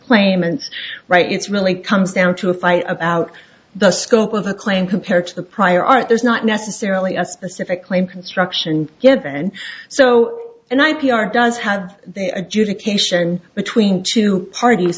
claim and right it's really comes down to a fight about the scope of the claim compared to the prior art there's not necessarily a specific claim construction given so and i p r does have adjudication between two parties